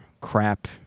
crap